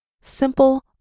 simple